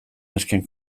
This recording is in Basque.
nesken